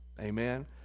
Amen